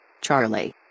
Charlie